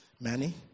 Manny